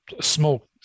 small